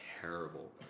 terrible